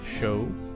show